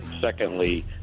Secondly